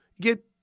Get